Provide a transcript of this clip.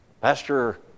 Pastor